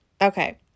Okay